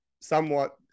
somewhat